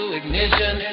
ignition